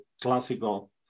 classical